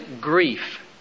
grief